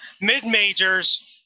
mid-majors